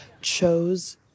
chose